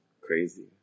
crazy